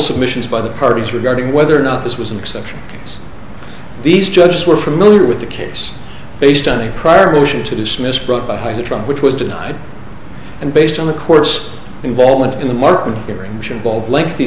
submissions by the parties regarding whether or not this was an exception these judges were familiar with the case based on a prior motion to dismiss brought behind the trial which was denied and based on the course involvement in the martin hearing which involve